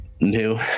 new